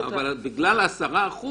אבל בגלל 10%